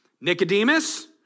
Nicodemus